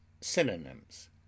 Synonyms